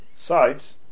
sides